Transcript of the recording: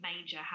major